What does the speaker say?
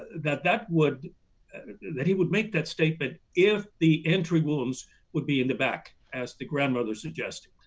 that that would and that he would make that statement if the entry wounds would be in the back as the grandmother suggested.